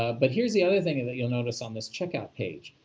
but here's the other thing and that you'll notice on this checkout page,